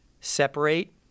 Separate